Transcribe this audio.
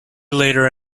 later